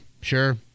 sure